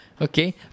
Okay